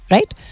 Right